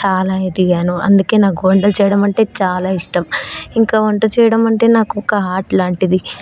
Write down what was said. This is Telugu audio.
చాలా ఎదిగాను అందుకే నాకు వంట చేయడం అంటే చాలా ఇష్టం ఇంకా వంట చేయడం అంటే నాకు ఒక ఆర్ట్ లాంటిది